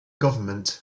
government